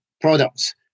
products